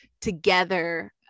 together